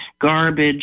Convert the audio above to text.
garbage